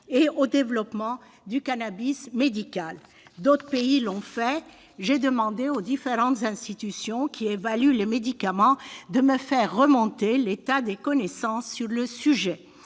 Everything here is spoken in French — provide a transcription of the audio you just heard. et au développement du cannabis médical. D'autres pays l'ont fait. J'ai demandé aux différentes institutions qui évaluent les médicaments de me faire remonter l'état des connaissances sur le sujet,